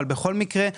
בכל מקרה,